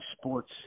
sports